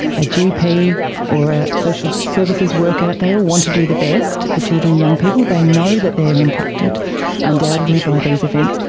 a gp or a social services worker, they all want to do the best for children and young people. they know that they are impacted undoubtedly by these events.